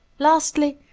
lastly,